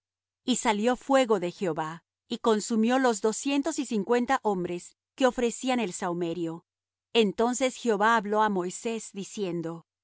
y salió fuego de jehová y consumió los doscientos y cincuenta hombres que ofrecían el sahumerio entonces jehová habló á moisés diciendo di á